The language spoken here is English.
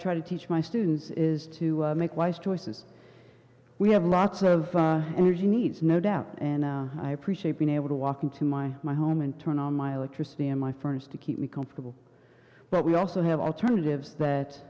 try to teach my students is to make wise choices we have lots of energy needs no doubt and i appreciate being able to walk into my my home and turn on my electricity and my furnace to keep me comfortable but we also have alternatives that